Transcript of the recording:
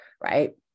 Right